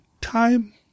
time